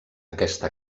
aquesta